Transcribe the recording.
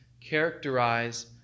characterize